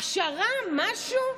הכשרה, משהו?